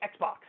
Xbox